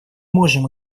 можем